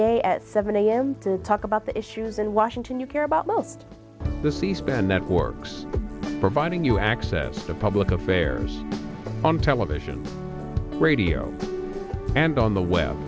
day at seven a m to talk about the issues in washington you care about most the c span networks providing you access to public affairs on television radio and on the web